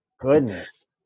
Goodness